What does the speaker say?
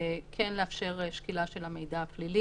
החוק מבקש לעצור את כל זליגת המידע שנעשית באופן פורמלי וממוסד: